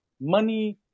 money